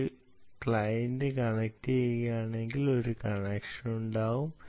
ഒരു ക്ലയന്റ് കണക്റ്റുചെയ്യുന്നുണ്ടെങ്കിൽ ഒരു കണക്ഷൻ ഉണ്ടാകും